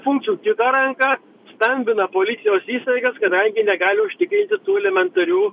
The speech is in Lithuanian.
funkcijų kita ranka stambina policijos įstaigas kadangi negali užtikrinti tų elementarių